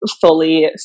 fully